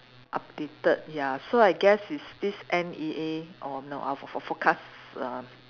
updated ya so I guess is this N_E_A or no uh fore~ forecast err